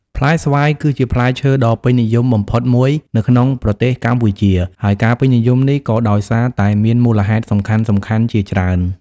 ផ្លែស្វាយគឺជាផ្លែឈើដ៏ពេញនិយមបំផុតមួយនៅក្នុងប្រទេសកម្ពុជា ហើយការពេញនិយមនេះក៏ដោយសារតែមានមូលហេតុសំខាន់ៗជាច្រើន។